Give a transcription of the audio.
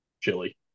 chili